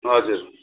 हजुर